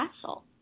castle